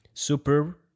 Super